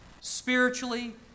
spiritually